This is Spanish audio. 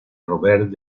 robert